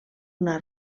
una